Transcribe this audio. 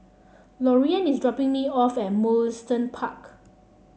Lorean is dropping me off at Mugliston Park